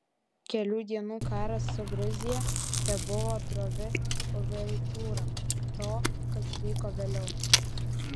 kelių dienų karas su gruzija tebuvo drovi uvertiūra to kas vyko vėliau